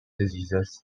diseases